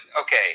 okay